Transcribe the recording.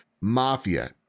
Mafia